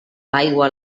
aigua